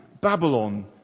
Babylon